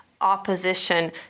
opposition